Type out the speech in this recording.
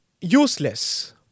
useless